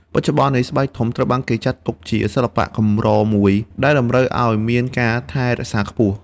បច្ចុប្បន្ននេះ ស្បែកធំត្រូវបានគេចាត់ទុកជាសិល្បៈកម្រមួយ ដែលតម្រូវឱ្យមានការថែរក្សាខ្ពស់។